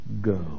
go